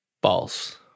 Balls